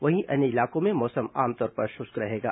वहीं अन्य इलाकों में मौसम आमतौर पर शुष्क रहेगा